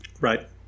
right